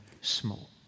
small